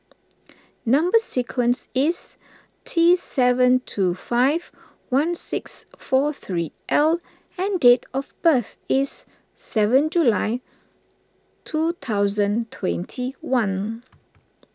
Number Sequence is T seven two five one six four three L and date of birth is seven July two thousand twenty one